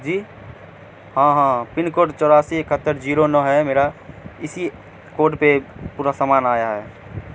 جی ہاں ہاں pin code چوراسی اکہتر زیرو نو ہے میرا اسی کوڈ پہ پورا سامان آیا ہے